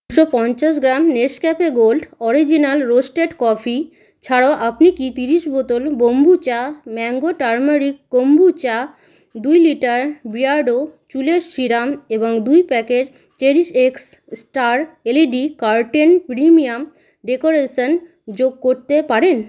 দুশো পঞ্চাশ gram Nescafe gold original roasted coffee ছাড়াও আপনি কি তিরিশ বোতল কোম্বুচা ম্যাঙ্গো টারমারিক কোম্বুচা দু লিটার বিয়ার্ডো চুলের সিরাম এবং দু packet CherishX star LED curtain premium decoration যোগ করতে পারেন